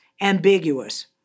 ambiguous